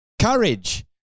courage